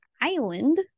island